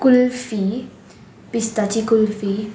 कुल्फी पिस्ताची कुल्फी